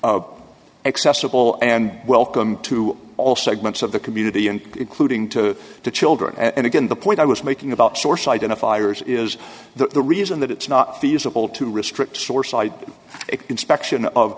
accessible and welcome to all segments of the community and including to the children and again the point i was making about source identifiers is that the reason that it's not feasible to restrict source i inspection of